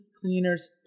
Cleaners